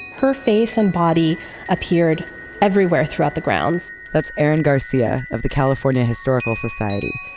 her face and body appeared everywhere throughout the grounds. that's erin garcia of the california historical society.